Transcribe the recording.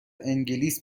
انگلیس